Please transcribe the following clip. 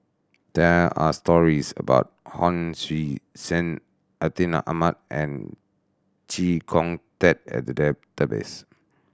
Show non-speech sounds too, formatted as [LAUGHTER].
there are stories about Hon Sui Sen Atin [UNINTELLIGIBLE] Amat and Chee Kong Tet in the database